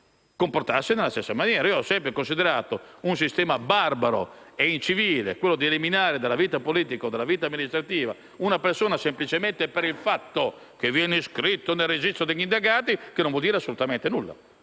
comportarsi nella stessa maniera. Ho sempre considerato un sistema barbaro ed incivile quello di eliminare dalla vita politica e amministrativa una persona semplicemente per il fatto che è stata iscritta nel registro degli indagati, cosa che non vuole dire assolutamente nulla.